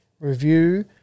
Review